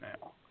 now